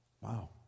Wow